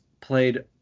played